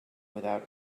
without